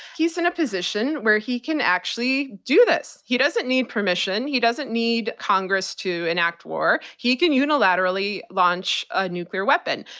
he's in a position where he can actually do he doesn't need permission, he doesn't need congress to enact war he can unilaterally launch a nuclear weapon.